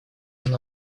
она